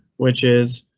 which is,